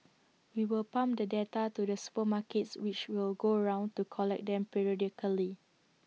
we will pump the data to the supermarkets which will go around to collect them periodically